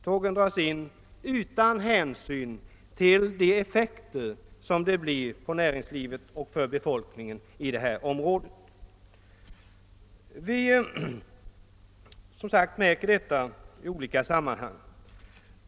Tågen dras in utan hänsyn till effekterna för näringslivet och för befolkningen i det berörda området. Vi märker detta som sagt i olika sammanhang.